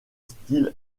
style